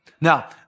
Now